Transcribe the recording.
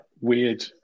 weird